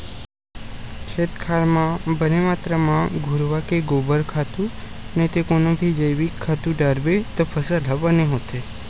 खेत खार म बने मातरा म घुरूवा के गोबर खातू नइते कोनो भी जइविक खातू डारबे त फसल ह बने होथे